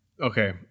okay